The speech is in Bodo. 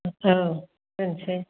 औ दोनसै